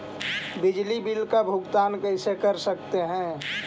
बिजली बिल का भुगतान कैसे कर सकते है?